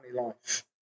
life